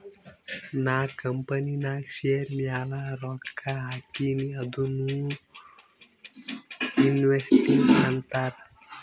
ನಾ ಕಂಪನಿನಾಗ್ ಶೇರ್ ಮ್ಯಾಲ ರೊಕ್ಕಾ ಹಾಕಿನಿ ಅದುನೂ ಇನ್ವೆಸ್ಟಿಂಗ್ ಅಂತಾರ್